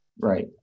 Right